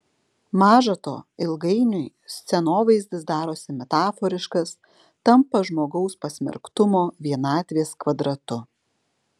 maža to ilgainiui scenovaizdis darosi metaforiškas tampa žmogaus pasmerktumo vienatvės kvadratu